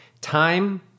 Time